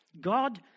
God